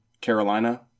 Carolina